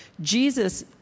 Jesus